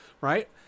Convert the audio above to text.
right